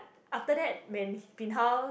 after that when bin hao